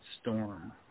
Storm